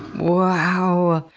wow.